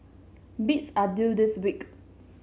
bids are due this week